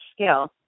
skill